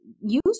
use